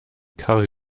karre